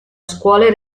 scuole